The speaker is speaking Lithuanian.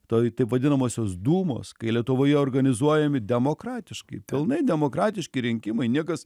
toj taip vadinamosios dūmos kai lietuvoje organizuojami demokratiškai pilnai demokratiški rinkimai niekas